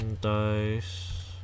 Dice